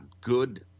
good